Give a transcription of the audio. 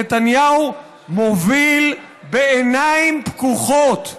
נתניהו מוביל בעיניים פקוחות לאסקלציה,